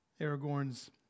Aragorn's